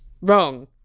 wrong